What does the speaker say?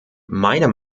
meiner